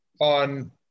on